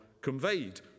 conveyed